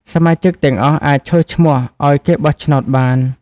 សមាជិកទាំងអស់អាចឈរឈ្មោះឱ្យគេបោះឆ្នោតបាន។